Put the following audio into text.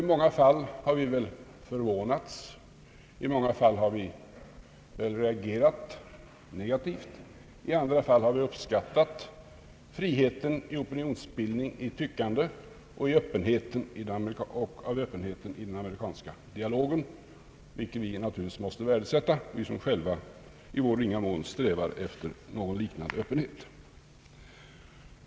I många fall har vi väl förvånats, i många fall har vi väl reagerat negativt, i andra fall har vi uppskattat friheten i opinionsbildning och tyckande, uppskattat öppenheten i den amerikanska dialogen, vilken vi naturligtvis måste värdesätta, vi som själva i vår ringa mån strävar efter en liknande Öppenhet.